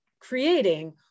creating